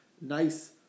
nice